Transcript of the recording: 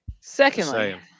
Secondly